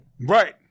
Right